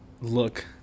Look